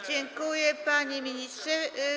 Dziękuję, panie ministrze.